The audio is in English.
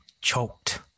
choked